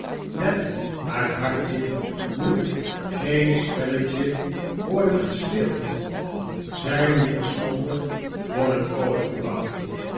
met haar hartje moet geen spelletje worden gespeeld zij moet verstandig worden grootgebracht